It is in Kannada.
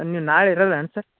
ಸರ್ ನೀವು ನಾಳೆ ಇರೋಲ್ಲೇನು ಸರ್